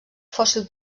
fòssil